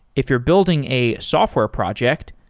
if you're building a software project,